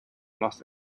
los